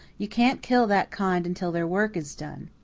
you can't kill that kind until their work is done.